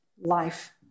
life